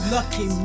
Lucky